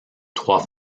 trois